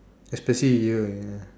especially you ya